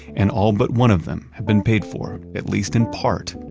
and all but one of them have been paid for, at least in part,